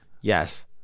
yes